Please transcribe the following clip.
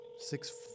Six